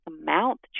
amount